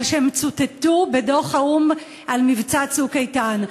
שהם צוטטו בדוח האו"ם על מבצע "צוק איתן".